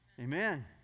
Amen